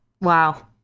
Wow